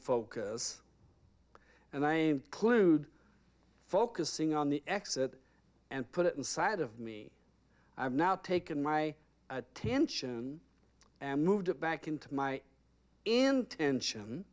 focus and i am clued focusing on the exit and put it inside of me i've now taken my attention and moved it back into my intention